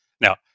Now